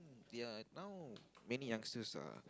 ya now many youngsters are